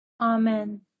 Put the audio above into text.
Amen